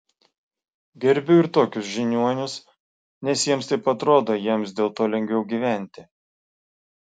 gerbiu ir tokius žiniuonius nes jiems taip atrodo jiems dėl to lengviau gyventi